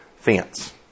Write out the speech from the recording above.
fence